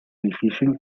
difícil